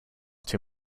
too